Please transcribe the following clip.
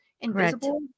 invisible